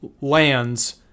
lands